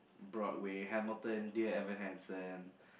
broad way Hamilton dear Everhanson